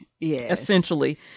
essentially